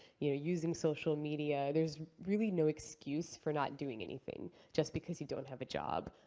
you know using social media. there's really no excuse for not doing anything, just because you don't have a job.